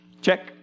Check